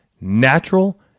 natural